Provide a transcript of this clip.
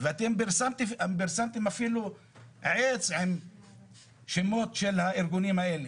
ואתם פרסמתם אפילו עץ עם שמות של הארגונים האלה.